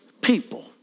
people